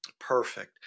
Perfect